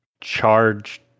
charge